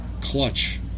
clutch